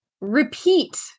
repeat